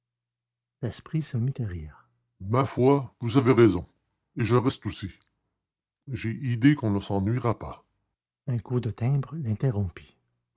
se mit à rire ma foi vous avez raison et je reste aussi j'ai idée qu'on ne s'ennuiera pas un coup de timbre